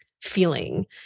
feeling